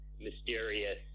mysterious